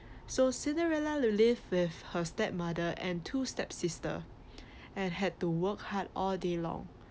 so cinderella live with her stepmother and two step sister and had to work hard all day long